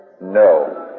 No